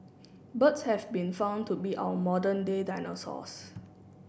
birds have been found to be our modern day dinosaurs